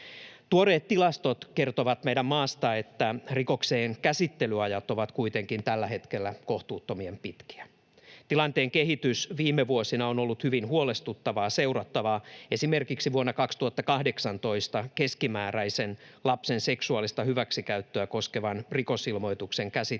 Tuoreet tilastot meidän maastamme kertovat, että rikosten käsittelyajat ovat kuitenkin tällä hetkellä kohtuuttoman pitkiä. Tilanteen kehitys viime vuosina on ollut hyvin huolestuttavaa seurattavaa. Esimerkiksi vuonna 2018 lapsen seksuaalista hyväksikäyttöä koskevan rikosilmoituksen käsittelyn